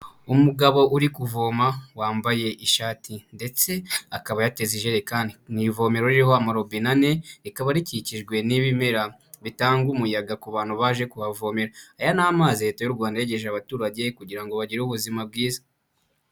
Umugabo uri kuvoma wambaye ishati ndetse akaba yateza ijerekani. Ni ivomero ririho amarobine ane, rikaba rikikijwe n'ibimera bitanga umuyaga ku bantu baje kuhavomera. Aya ni amazi Leta y'u Rwanda yegereje abaturage kugira ngo bagire ubuzima bwiza.